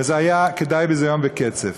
וזה היה בבחינת "וכדי ביזיון וקצף".